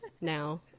now